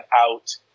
out